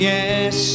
Yes